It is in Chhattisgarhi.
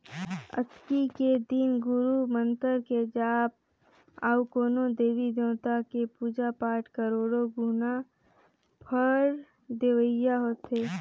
अक्ती के दिन गुरू मंतर के जाप अउ कोनो देवी देवता के पुजा पाठ करोड़ो गुना फर देवइया होथे